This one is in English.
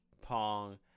Pong